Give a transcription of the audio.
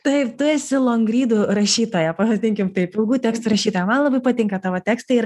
taip tu esi longrydų rašytoja pavadinkim taip ilgų tekstų rašytoja man labai patinka tavo tekstai ir